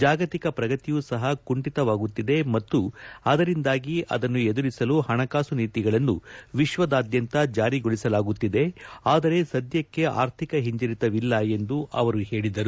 ಜಾಗತಿಕ ಪ್ರಗತಿಯೂ ಸಹ ಕುಂಠಿತವಾಗುತ್ತಿದೆ ಮತ್ತು ಅದರಿಂದಾಗಿ ಅದನ್ನು ಎದುರಿಸಲು ಹಣಕಾಸು ನೀತಿಗಳನ್ನು ವಿಶ್ವದಾದ್ಯಂತ ಜಾರಿಗೊಳಿಸಲಾಗುತ್ತಿದೆ ಆದರೆ ಸದ್ಲಕ್ಷೆ ಆರ್ಥಿಕ ಹಿಂಜರಿತವಿಲ್ಲ ಎಂದು ಅವರು ಹೇಳಿದರು